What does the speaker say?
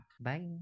Bye